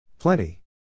Plenty